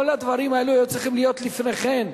כל הדברים האלה היו צריכים להיות לפני כן,